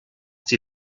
die